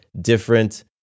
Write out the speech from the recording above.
different